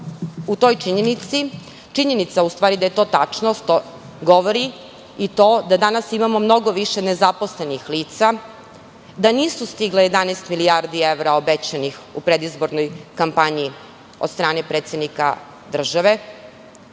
godine. Činjenica da je to tačno govori i to da danas imamo mnogo više nezaposlenih lica, da nisu stigle 11 milijardi evra obećanih u predizbornoj kampanji od strane predsednika države,